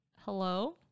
Hello